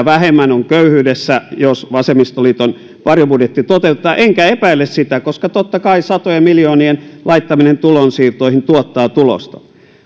vähemmän on köyhyydessä jos vasemmistoliiton varjobudjetti toteutetaan enkä epäile sitä koska totta kai satojen miljoonien laittaminen tulonsiirtoihin tuottaa tulosta